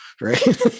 right